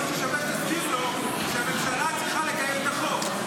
יכול להיות ששווה שתזכיר לו שהממשלה צריכה לקיים את החוק.